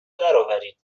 درآورید